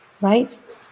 right